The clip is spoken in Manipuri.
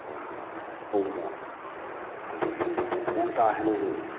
ꯑꯍꯣꯡꯕ ꯑꯗꯒꯤ ꯌꯥꯝ ꯀꯥ ꯍꯦꯟꯅꯁꯨ